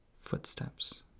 Footsteps